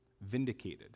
vindicated